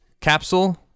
capsule